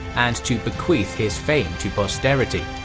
and to bequeath his fame to posterity.